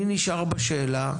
אני נשאר בשאלה: